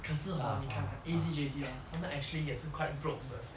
可是 hor 你看 ah A_C J_C ah 他们 actually 也是 quite broke de